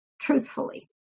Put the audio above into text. truthfully